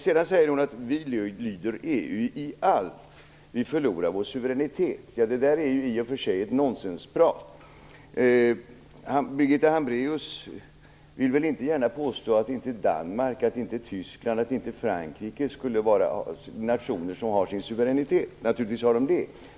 Sedan sade Birgitta Hambraeus att vi lyder EU i allt och att vi förlorar vår suveränitet. Detta är i och för sig ett nonsensprat. Birgitta Hambraeus vill väl inte gärna påstå att Danmark, Tyskland och Frankrike skulle vara nationer som inte har sin suveränitet. Naturligtvis har de det.